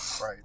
Right